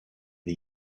the